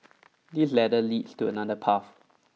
this ladder leads to another path